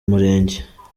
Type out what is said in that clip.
murenge